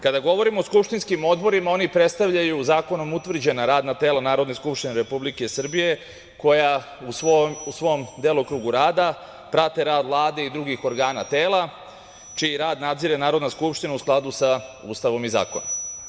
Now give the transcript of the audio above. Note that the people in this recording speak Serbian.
Kada govorimo o skupštinskim odborima, oni predstavljaju zakonom utvrđena radna tela Narodne skupštine Republike Srbije koja u svom delokrugu rada prate rad Vlade i drugih organa, tela, a čiji rad nadzire Narodna skupština u skladu sa Ustavom i zakonom.